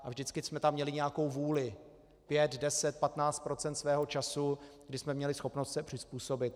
A vždycky jsme tam měli nějakou vůli 5, 10, 15 % svého času, kdy jsme měli schopnost se přizpůsobit.